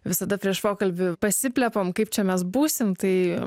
visada prieš pokalbį pasiplepam kaip čia mes būsim tai